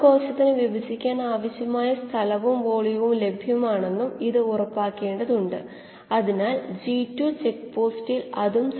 അതായത് ഒരു ബാച്ചിനേക്കാൾ മൂന്നോ നാലോ ഇരട്ടി ഉൽപാദനക്ഷമതയാണ് കീമോസ്റ്റാറ്റിന് ഉള്ളത്